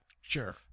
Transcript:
Sure